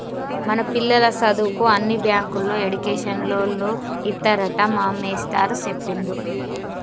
మన పిల్లల సదువుకు అన్ని బ్యాంకుల్లో ఎడ్యుకేషన్ లోన్లు ఇత్తారట మా మేస్టారు సెప్పిండు